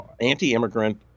anti-immigrant